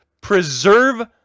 preserve